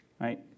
right